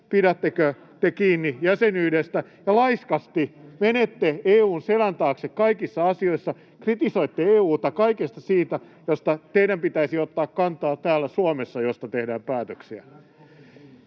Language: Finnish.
pidättekö te kiinni jäsenyydestä ja laiskasti menette EU:n selän taakse kaikissa asioissa, kritisoitte EU:ta kaikesta siitä, josta teidän pitäisi ottaa kantaa täällä Suomessa ja josta tehdään päätöksiä.